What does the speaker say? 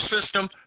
system